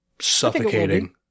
suffocating